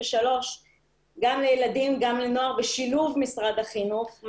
גם לילדים וגם לנוער בשילוב משרד החינוך.